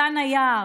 גן היער.